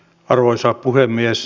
arvoisa puhemies